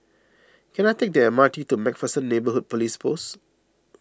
can I take the M R T to MacPherson Neighbourhood Police Post